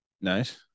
nice